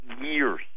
years